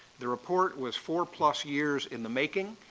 the report was four-plus years in the making.